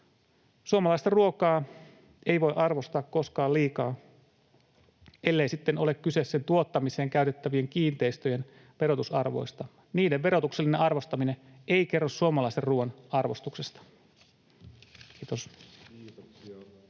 Suomalaista ruokaa ei voi arvostaa koskaan liikaa, ellei sitten ole kyse sen tuottamiseen käytettävien kiinteistöjen verotusarvoista. Niiden verotuksellinen arvostaminen ei kerro suomalaisen ruoan arvostuksesta. — Kiitos.